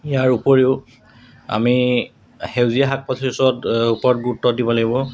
ইয়াৰ উপৰিও আমি সেউজীয়া শাক পাচলিৰ ওচৰত ওপৰত গুৰুত্ব দিব লাগিব